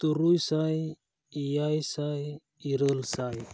ᱛᱩᱨᱩᱭᱥᱟᱭ ᱮᱭᱟᱭᱥᱟᱭ ᱤᱨᱟᱹᱞ ᱥᱟᱭ